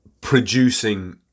producing